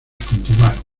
continuaron